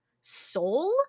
soul